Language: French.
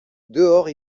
dehors